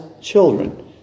children